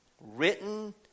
written